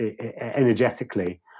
energetically